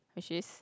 which is